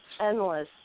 endless